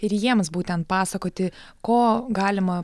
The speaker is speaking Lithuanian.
ir jiems būtent pasakoti ko galima